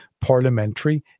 parliamentary